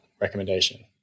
recommendation